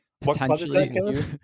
potentially